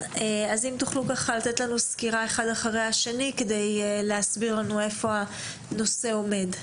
תנו לנו סקירה אחד אחרי השני כדי להסביר לנו היכן עומד הנושא.